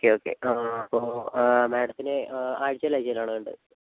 okay okay അപ്പോൾ മേഡത്തിന് ആഴ്ചേൽ ആഴ്ചേലാണോ വേണ്ടത്